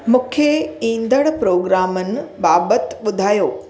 मूंखे ईंदड़ प्रोग्रामनि बाबति ॿुधायो